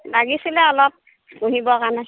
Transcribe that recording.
লাগিছিলে অলপ পুহিবৰ কাৰণে